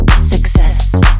Success